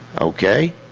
Okay